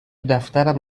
دفترم